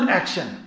action